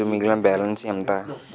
ఈరోజు మిగిలిన బ్యాలెన్స్ ఎంత?